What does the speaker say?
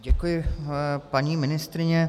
Děkuji, paní ministryně.